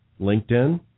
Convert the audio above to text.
LinkedIn